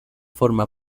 forma